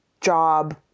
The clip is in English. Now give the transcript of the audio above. job